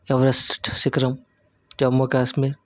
Everest శిఖరం జమ్మూకాశ్మీర్